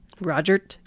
Roger